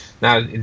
now